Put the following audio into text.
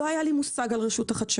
לא היה לי מושג על רשות החדשנות,